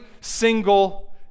single